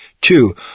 Two